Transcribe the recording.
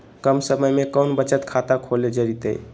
कम समय में कौन बचत खाता खोले जयते?